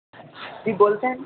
কী বলছেন